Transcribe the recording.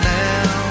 now